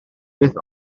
beth